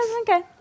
Okay